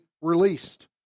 released